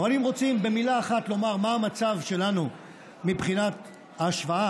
אבל אם רוצים במילה אחת לומר מה המצב שלנו מבחינת ההשוואה